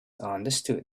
understood